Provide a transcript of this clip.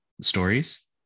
stories